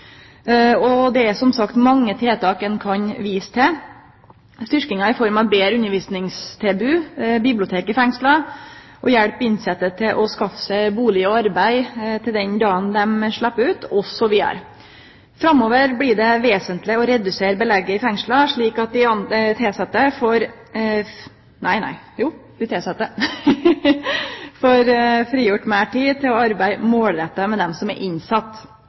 gjer. Det er som sagt mange tiltak ein kan vise til: styrking i form av betre undervisningstilbod, bibliotek i fengsla, hjelp til innsette med å skaffe seg bustad og arbeid til den dagen dei slepp ut, osv. Framover blir det vesentleg å redusere belegget i fengsla, slik at dei tilsette får frigjort meir tid til å arbeide målretta med dei som er